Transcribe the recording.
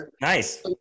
nice